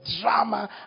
drama